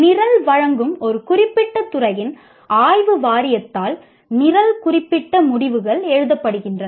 நிரல் வழங்கும் ஒரு குறிப்பிட்ட துறையின் ஆய்வு வாரியத்தால் நிரல் குறிப்பிட்ட முடிவுகள் எழுதப்படுகின்றன